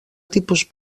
tipus